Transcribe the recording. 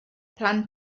plan